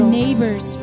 neighbors